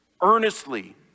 earnestly